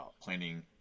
planning